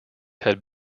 had